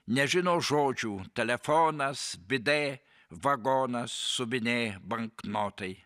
nežino žodžių telefonas bidė vagonas subinėj banknotai